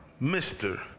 Mr